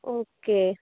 okay